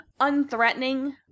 unthreatening